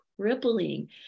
crippling